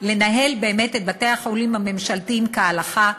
לנהל באמת את בתי-החולים הממשלתיים כהלכה,